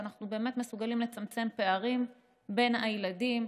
שאנחנו באמת מסוגלים לצמצם פערים בין הילדים,